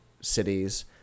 cities